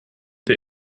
der